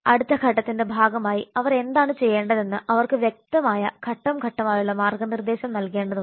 അടുത്ത ഘട്ടത്തിന്റെ ഭാഗമായി അവർ എന്താണ് ചെയ്യേണ്ടതെന്ന് അവർക്ക് വ്യക്തമായ ഘട്ടം ഘട്ടമായുള്ള മാർഗ്ഗനിർദ്ദേശം നൽകേണ്ടതുണ്ട്